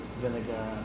vinegar